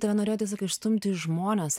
tave norėjo tiesiog išstumti į žmones